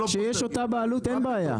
כשיש אותה בעלות אין בעיה.